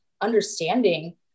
understanding